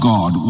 God